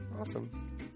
awesome